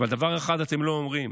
אבל דבר אחד אתם לא אומרים,